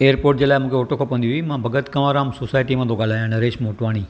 airport जे लाइ मूंखे ऑटो खपंदी हुई मां भगत कवरराम सोसाइटीअ मां थो ॻाल्हायां नरेश मोटवाणी